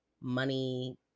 money